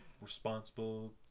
responsible